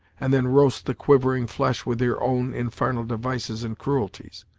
and then roast the quivering flesh, with your own infarnal devices and cruelties!